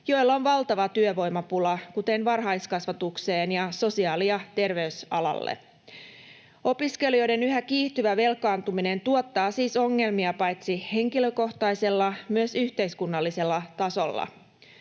joilla on valtava työvoimapula, kuten varhaiskasvatukseen ja sosiaali- ja terveysalalle. Opiskelijoiden yhä kiihtyvä velkaantuminen tuottaa siis ongelmia paitsi henkilökohtaisella myös yhteiskunnallisella tasolla.